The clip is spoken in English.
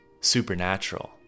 supernatural